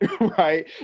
right